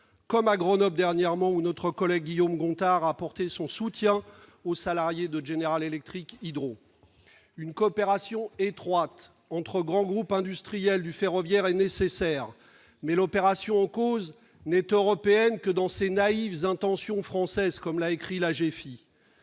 comme à Grenoble dernièrement, où notre collègue Guillaume Gontard a apporté son soutien aux salariés de General Electric Hydro. Une coopération étroite entre grands groupes industriels du ferroviaire est nécessaire, mais l'opération en cause n'est européenne que dans ses naïves intentions françaises, comme l'a écrit l'AGEFI.